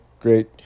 great